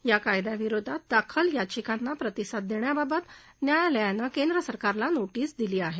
या कायद्याविरोधात दाखल याचिकांना प्रतिसाद देण्याबाबत न्यायालयानं केंद्र सरकारला नोटीस दिली आहे